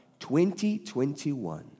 2021